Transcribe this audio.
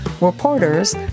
Reporters